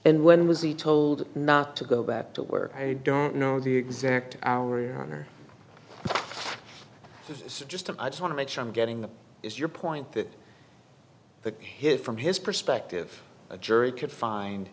and when was he told not to go back to work i don't know the exact hour just i just want to make sure i'm getting that is your point that the hit from his perspective a jury could find